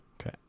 okay